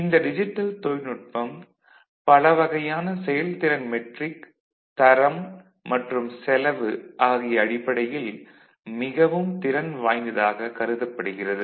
இந்த டிஜிட்டல் தொழில்நுட்பம் பல வகையான செயல்திறன் மெட்ரிக் தரம் மற்றும் செலவு ஆகிய அடிப்படையில் மிகவும் திறன் வாய்ந்ததாகக் கருதப்படுகிறது